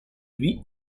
lui